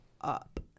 up